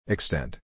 Extent